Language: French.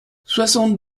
soixante